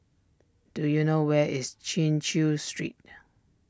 do you know where is Chin Chew Street